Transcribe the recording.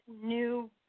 new